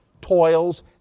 toils